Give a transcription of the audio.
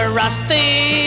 rusty